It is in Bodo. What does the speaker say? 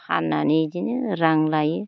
फाननानै इदिनो रां लायो